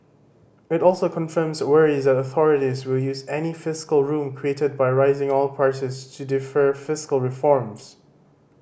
it also confirms worries that authorities will use any fiscal room created by rising oil prices to defer fiscal reforms